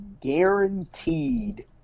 guaranteed